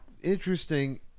interesting